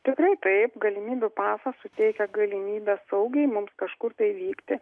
tikrai taip galimybių pasas suteikia galimybę saugiai mums kažkur tai vykti